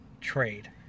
Trade